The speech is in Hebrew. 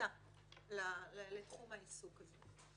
כניסה לתחום העיסוק הזה.